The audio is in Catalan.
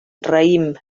raïm